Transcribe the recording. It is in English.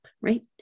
right